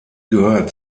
gehört